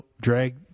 drag